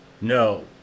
No